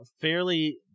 fairly